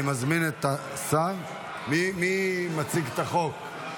אני מזמין את השר, מי מציג את החוק?